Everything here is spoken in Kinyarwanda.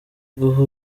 guha